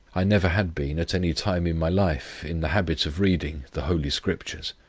i never had been at any time in my life in the habit of reading the holy scriptures.